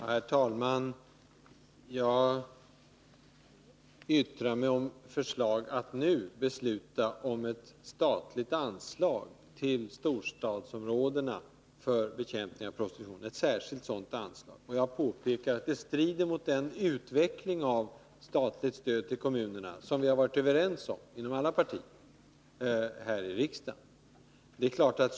Herr talman! Jag yttrar mig om förslag att nu besluta om ett särskilt statligt anslag till storstadsområdena för bekämpning av prostitutionen, och jag påpekar att det strider mot den utveckling av statligt stöd till kommunerna som vi har varit överens om inom alla partier här i riksdagen.